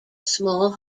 small